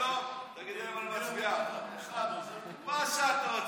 אם לא, תגידי להם: אני מצביעה, אחד, מה שאת רוצה.